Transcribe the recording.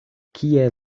kie